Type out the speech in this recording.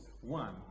one